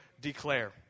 declare